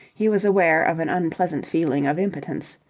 he was aware of an unpleasant feeling of impotence.